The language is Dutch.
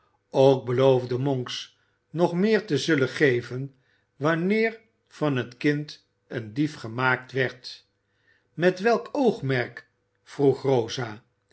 ook beloofde monks nog meer te zullen geven wanneer van het kind een dief gemaakt werd met welk oogmerk vroeg rosa